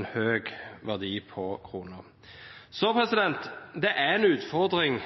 en høy verdi på krona. Det er en utfordring